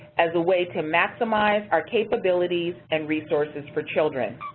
as a way to maximize our capabilities and resources for children.